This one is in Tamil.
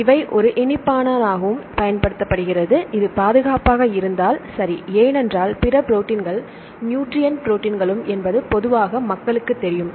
இவை ஒரு இனிப்பானாகவும் பயன்படுத்தப்படுகிறது அது பாதுகாப்பாக இருந்தால் சரி ஏனென்றால் பிற ப்ரோடீன்கள் நூற்றியெண்ட் ப்ரோடீன்களும் என்பது பொதுவாக மக்களுக்குத் தெரியும்